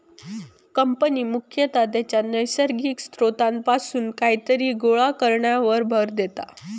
कापणी मुख्यतः त्याच्या नैसर्गिक स्त्रोतापासून कायतरी गोळा करण्यावर भर देता